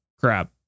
crap